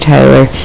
Taylor